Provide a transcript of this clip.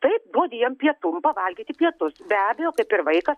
taip duodi jam pietum pavalgyti pietus be abejo kaip ir vaikas